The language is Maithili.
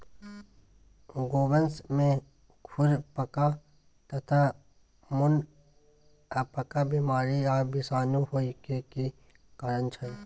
गोवंश में खुरपका तथा मुंहपका बीमारी आ विषाणु होय के की कारण छै?